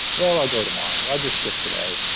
well, i'll go tomorrow. i'll just skip today.